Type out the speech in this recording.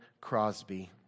Crosby